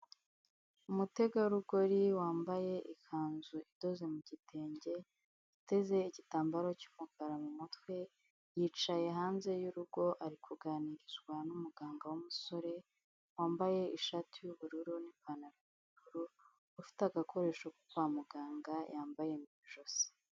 Umutegarugori wambaye ikanzu idoze mu gitenge, uteze igitambaro cy'umukara mu mutwe, yicaye hanze y'urugo, ari kuganirizwa n'umuganga w'umusore wambaye ishati y'ubururu n'ipantaro y'ubururu, ufite agakoresho ko kwa muganga yambaye mu ijosi.